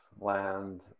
land